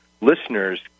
listeners